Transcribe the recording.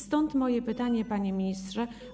Stąd moje pytania, panie ministrze.